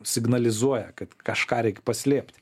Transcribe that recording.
signalizuoja kad kažką reik paslėpti